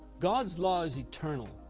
god's law is eternal.